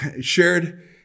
shared